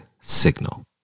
signal